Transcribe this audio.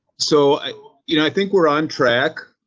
so, you know, i think we're on track.